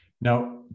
Now